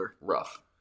Rough